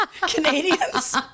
Canadians